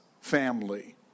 family